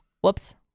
Whoops